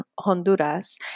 Honduras